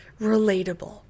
relatable